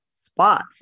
spots